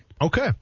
Okay